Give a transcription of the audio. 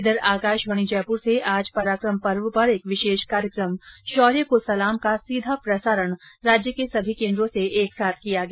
इधर आकाशवाणी जयपुर से आज पराकम पर्व पर एक विशेष कार्यकम शौर्य को सलाम का सीधा प्रसारण राज्य के सभी केन्द्रों से एक साथ किया गया